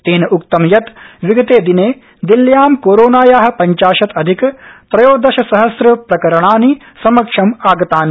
तेन उक्तं यत् विगते दिने दिल्ल्यां कोरोनाया पञ्चाशत अधिक त्रयोदशसहस्र प्रकरणानि समक्षम् आगतानि